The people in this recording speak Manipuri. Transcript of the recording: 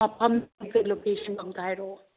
ꯃꯐꯝꯗꯣ ꯂꯣꯀꯦꯁꯟꯗꯣ ꯑꯃꯇ ꯍꯥꯏꯔꯛꯑꯣ